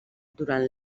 durant